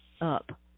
up